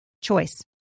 choice